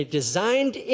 designed